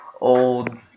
old